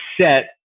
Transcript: set